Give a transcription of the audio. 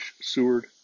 Seward